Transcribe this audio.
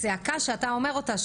הצעקה שאתה אומר אותה,